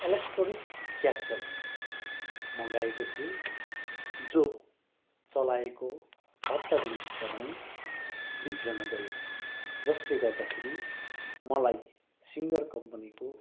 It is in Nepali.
एलेक्ट्रोनिक क्याट्टल मगाएको थिएँ जो चलाएको हप्ता दिन भित्रमै बिग्रिन गयो जसले गर्दाखेरि मलाई सिङ्गर कम्पनीको